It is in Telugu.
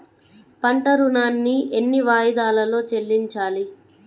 పంట ఋణాన్ని ఎన్ని వాయిదాలలో చెల్లించాలి?